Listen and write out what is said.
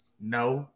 no